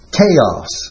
chaos